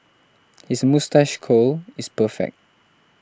his moustache curl is perfect